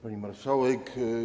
Pani Marszałek!